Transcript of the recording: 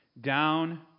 down